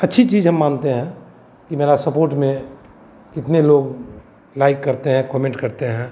अच्छी चीज़ हम मानते हैं कि मेरा सपोर्ट में कितने लोग लाइक करते हैं कोमेन्ट करते हैं